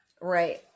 Right